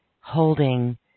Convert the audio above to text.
holding